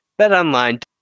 Betonline